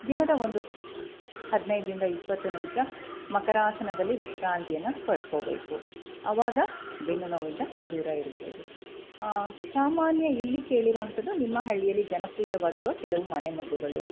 ದಿನದ ಒಂದು ಹದಿನೈದ್ರಿಂದ ಇಪ್ಪತ್ತು ನಿಮಿಷ ಮಕರಾಸನದಲ್ಲಿ ವಿಶ್ರಾಂತಿಯನ್ನು ಪಡ್ಕೋಬೇಕು ಆವಾಗ ಬೆನ್ನು ನೋವಿಂದ ದೂರ ಇರಬೋದು ಸಾಮಾನ್ಯ ಇಲ್ಲಿ ಕೇಳಿರುವಂಥದ್ದು ನಿಮ್ಮ ಹಳ್ಳಿಯಲ್ಲಿ ಜನಪ್ರಿಯವಾಗಿರುವ ಕೆಲವು ಮನೆಮದ್ದುಗಳು